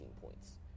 points